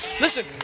Listen